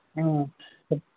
చెప్పు